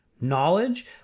Knowledge